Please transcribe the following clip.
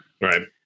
Right